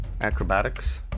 acrobatics